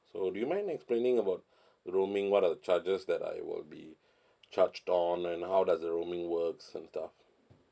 so do you mind explaining about roaming what are the charges that I will be charged on and how does the roaming works and stuff